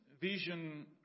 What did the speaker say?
vision